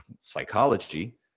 psychology